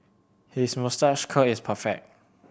his moustache curl is perfect